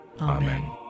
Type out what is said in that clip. Amen